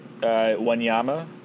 Wanyama